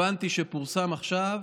הבנתי שפורסם עכשיו